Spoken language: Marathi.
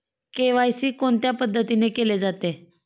के.वाय.सी कोणत्या पद्धतीने केले जाते?